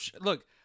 look